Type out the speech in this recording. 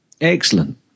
Excellent